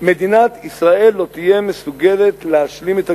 מדינת ישראל לא תהיה מסוגלת להשלים את הגירעון.